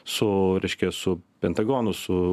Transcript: su reiškia su pentagonu su